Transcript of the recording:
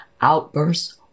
outbursts